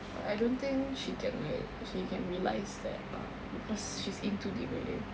but I don't think she can like she can realise that uh because she's in too deep already